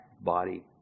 body